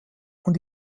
und